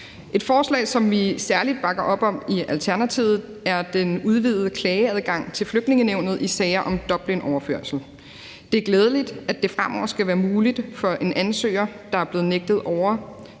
Et forslag, som vi særlig bakker op om i Alternativet, er den udvidede klageadgang til Flygtningenævnet i sager om Dublinoverførsel. Det er glædeligt, at det fremover skal være muligt for en ansøger, der er blevet nægtet